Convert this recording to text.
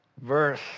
verse